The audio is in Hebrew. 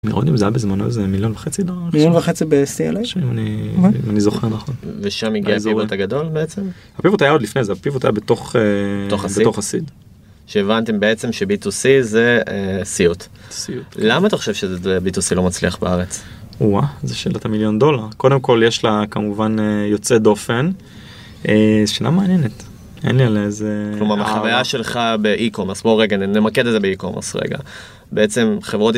מיליון וחצי מיליון וחצי ביוסיקה אני זוכר נכון ושם הגיעה הזאת הגדול בעצם עוד לפני זה פיו אותה בתוך בתוך הסיד. שהבנתם בעצם שביטוסי זה סיוט סיוט למה אתה חושב שזה ביטוסי לא מצליח בארץ זה שאלת המיליון דולר קודם כל יש לה כמובן יוצא דופן. איזה שנה מעניינת אין לי עליה איזה חוויה שלך באיקומוס בוא רגע נמקד את זה באיקומוס רגע.